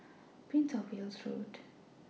Prince of Wales Road